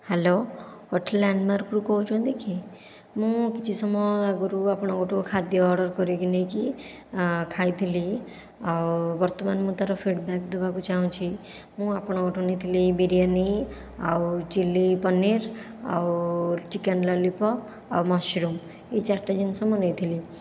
hello hotel ଲାଣ୍ଡମାର୍କରୁ କହୁଛନ୍ତି କି ମୁଁ କିଛି ସମୟ ଆଗରୁ ଆପଣଙ୍କଠୁ ଖାଦ୍ୟ ଅର୍ଡ଼ର କରିକି ନେଇକି ଖାଇଥିଲି ଆଉ ବର୍ତ୍ତମାନ ମୁଁ ତା'ର ଫିଡ଼ବ୍ୟାକ ଦେବାକୁ ଚାହୁଁଛି ମୁଁ ଆପଣଙ୍କଠୁ ନେଇଥିଲି ବିରିୟାନୀ ଆଉ ଚିଲି ପନିର ଆଉ ଚିକେନ ଲଲିପୋପ ଆଉ ମସରୁମ୍ ଏହି ଚାରିଟା ଜିନିଷ ମୁଁ ନେଇଥିଲି